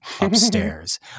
upstairs